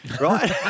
right